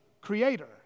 creator